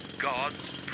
God's